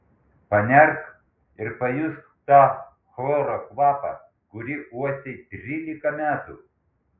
panerk ir pajusk tą chloro kvapą kurį uostei trylika metų